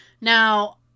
Now